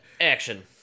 action